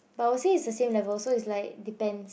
but I will say it's the same level so it's like depends